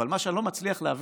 אבל מה שאני לא מצליח להבין: